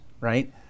right